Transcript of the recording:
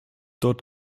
dort